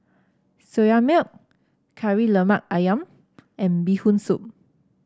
Soya Milk Kari Lemak ayam and Bee Hoon Soup